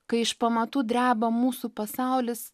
kai iš pamatų dreba mūsų pasaulis